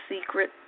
secret